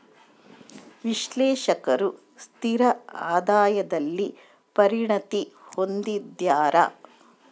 ವಿಶ್ಲೇಷಕರು ಸ್ಥಿರ ಆದಾಯದಲ್ಲಿ ಪರಿಣತಿ ಹೊಂದಿದ್ದಾರ